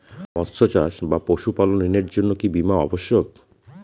মৎস্য চাষ বা পশুপালন ঋণের জন্য কি বীমা অবশ্যক?